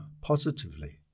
positively